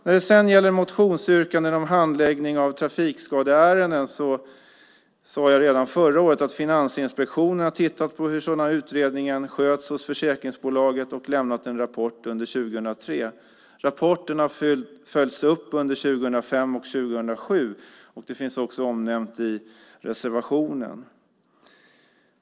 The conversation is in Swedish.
När det gäller motionsyrkandena om handläggningen av trafikskadeärenden sade jag redan förra året att Finansinspektionen har tittat på hur sådana utredningar sköts hos försäkringsbolagen och lämnat en rapport under 2003. Rapporten har följts upp under 2005 och 2007. Detta finns också omnämnt i reservationen.